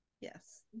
Yes